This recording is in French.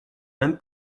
même